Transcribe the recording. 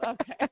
Okay